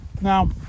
Now